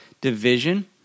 division